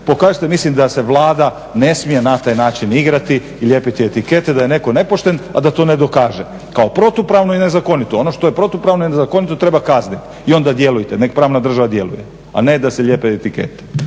nezakonito. Mislim da se Vlada ne smije na taj način igrati i lijepiti etikete da je netko nepošten, a da to ne dokaže kao protupravno i nezakonito. Ono što je protupravno i nezakonito treba kazniti i onda djelujte, neka pravna država djeluje, a ne da se lijepe etikete.